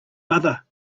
mother